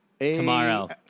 Tomorrow